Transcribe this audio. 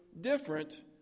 different